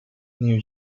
new